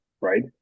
Right